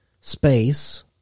space